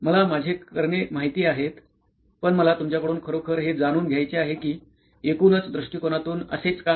मला माझे करणे माहिती आहेत पण मला तुमच्याकडून खरोखर हे जाणून घ्यायचे आहे की एकूणच दृष्टीकोनातून असेच का